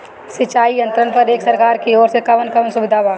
सिंचाई यंत्रन पर एक सरकार की ओर से कवन कवन सुविधा बा?